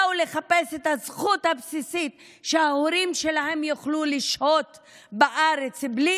באו לחפש את הזכות הבסיסית שההורים שלהם יוכלו לשהות בארץ בלי